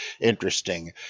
interesting